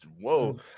Whoa